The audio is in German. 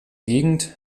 gegend